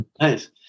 Nice